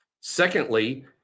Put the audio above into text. Secondly